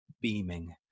beaming